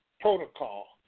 protocol